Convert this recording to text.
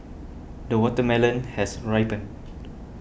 the watermelon has ripened